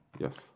yes